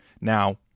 Now